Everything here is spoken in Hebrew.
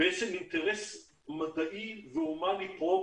בעצם אינטרס מדעי והוא הומני פרופר,